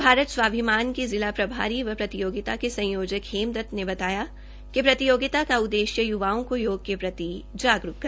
भारत स्वाभिमान के जिला प्रभारी व प्रतियोगिता के संयोजन हेमदत्त ने बताया कि प्रतियोगिता का उद्देश्य य्वाओं को योग के प्रति जागरूक करना है